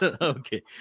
Okay